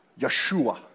Yeshua